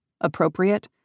appropriate